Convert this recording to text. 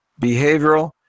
behavioral